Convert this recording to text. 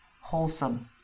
wholesome